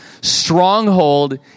stronghold